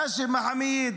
האשם מחאמיד,